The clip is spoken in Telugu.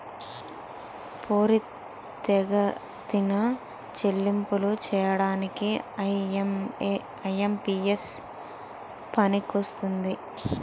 పోరితెగతిన చెల్లింపులు చేయడానికి ఐ.ఎం.పి.ఎస్ పనికొస్తుంది